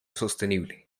sostenible